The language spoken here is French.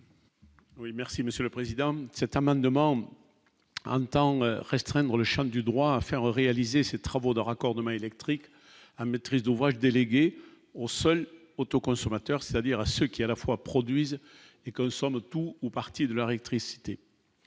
Oui, merci Monsieur le Président, cet amendement m'entend restreindre le Champ du droit à faire réaliser ces travaux de raccordement électrique à maîtrise d'ouvrage déléguée au sol auto-consommateurs, c'est-à-dire à ceux qui, à la fois produisent et tout ou partie de la rectrice,